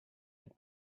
had